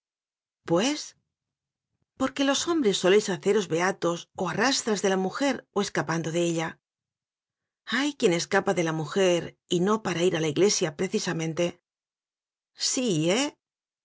pues porque los hombres soléis haceros bea tos o a rastras de la mujer o escapando de ella hay quien escapa de la mujer y no para ir a la iglesia precisamente sí eh